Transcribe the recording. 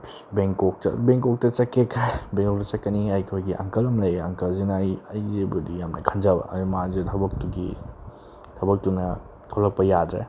ꯑꯁ ꯕꯦꯡꯀꯣꯛ ꯕꯦꯡꯀꯣꯛꯇ ꯆꯠꯀꯦ ꯕꯦꯡꯀꯣꯛꯇ ꯆꯠꯀꯅꯤ ꯑꯩꯈꯣꯏꯒꯤ ꯑꯪꯀꯜ ꯑꯃ ꯂꯩꯌꯦ ꯑꯪꯀꯜꯁꯤꯅ ꯑꯩ ꯑꯩꯁꯤꯕꯨꯗꯤ ꯌꯥꯝꯅ ꯈꯟꯖꯕ ꯑꯗꯒꯤ ꯃꯥꯁꯦ ꯊꯕꯛꯇꯨꯒꯤ ꯊꯕꯛꯇꯨꯅ ꯊꯣꯛꯂꯛꯄ ꯌꯥꯗ꯭ꯔꯦ